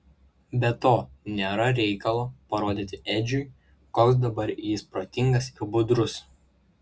be to nėra reikalo parodyti edžiui koks dabar jis protingas ir budrus